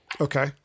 Okay